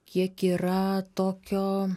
kiek yra tokio